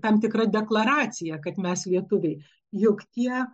tam tikra deklaracija kad mes lietuviai juk tie